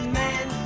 man